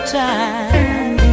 time